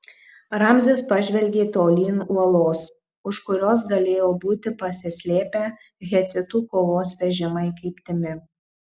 ramzis pažvelgė tolyn uolos už kurios galėjo būti pasislėpę hetitų kovos vežimai kryptimi